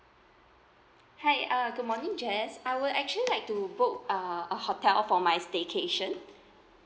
hi uh good morning jess I would actually like to book uh a hotel for my staycation